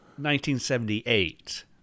1978